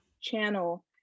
channel